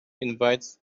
invites